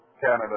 Canada